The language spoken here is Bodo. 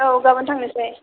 औ गाबोन थांनोसै